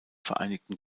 vereinigten